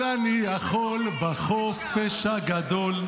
"הכול אני יכול בחופש הגדול".